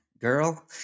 girl